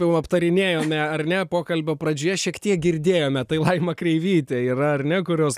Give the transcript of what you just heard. jau aptarinėjome ar ne pokalbio pradžioje šiek tiek girdėjome tai laima kreivytė yra ar ne kurios